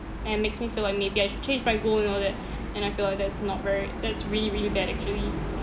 and it makes me feel like maybe I should change my goal and all that and I feel like that's not very that's really really bad actually